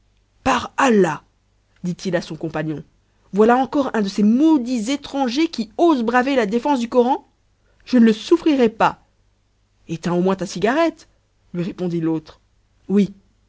par allah dit-il à son compagnon voilà encore un de ces maudits étrangers qui ose braver la défense du koran je ne le souffrirai pas éteins au moins ta cigarette lui répondit l'autre oui